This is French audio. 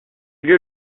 lieu